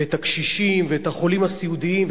ואת הקשישים ואת החולים הסיעודיים,